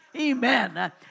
Amen